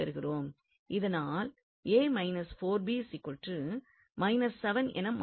அதனால் என மாற்றுகிறோம்